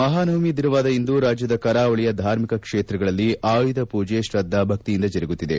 ಮಹಾನವಮಿ ದಿನವಾದ ಇಂದು ರಾಜ್ಯದ ಕರಾವಳಿಯ ಧಾರ್ಮಿಕ ಕ್ಷೇತ್ರಗಳಲ್ಲಿ ಆಯುಧ ಪೂಜೆ ಶ್ರದ್ದಾ ಭಕ್ತಿಯಿಂದ ಜರುಗುತ್ತಿದೆ